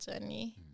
journey